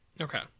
Okay